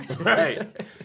Right